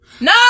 No